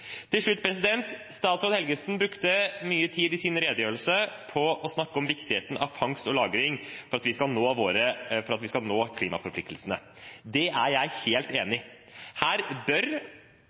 Til slutt: Statsråd Helgesen brukte mye tid i sin redegjørelse på å snakke om viktigheten av fangst og lagring for at vi skal nå klimaforpliktelsene. Det er jeg helt enig i. Her bør